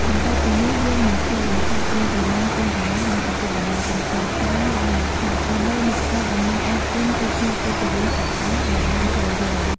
បន្ទាប់ពីនោះយើងនឹងឃើញ ថាកូនក្រមុំកូនកំលោះនិងឪពុកម្តាយទាំងសងខាងឡើងលើឆាក ដើម្បីមកថ្លែងអំណអរគុណទៅភ្ញៀវកិត្តិយសទាំងអស់ដែលបានចូលរួម។